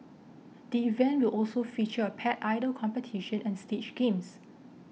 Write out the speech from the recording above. the event will also feature a Pet Idol competition and stage games